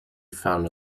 found